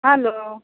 hello